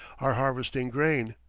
are harvesting grain.